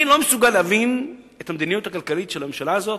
אני לא מסוגל להבין את המדיניות הכלכלית של הממשלה הזאת.